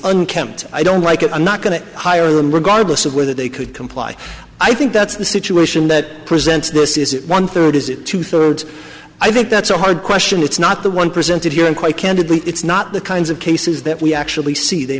unkempt i don't like it i'm not going to hire them regardless of whether they could comply i think that's the situation that presents this is it one third is it two thirds i think that's a hard question it's not the one presented here and quite candidly it's not the kinds of cases that we actually see they